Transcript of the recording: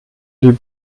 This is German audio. die